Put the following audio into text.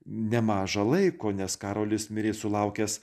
nemaža laiko nes karolis mirė sulaukęs